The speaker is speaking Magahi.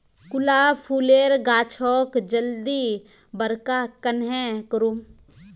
गुलाब फूलेर गाछोक जल्दी बड़का कन्हे करूम?